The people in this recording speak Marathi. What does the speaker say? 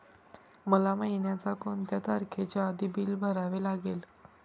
मला महिन्याचा कोणत्या तारखेच्या आधी बिल भरावे लागेल?